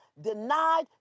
denied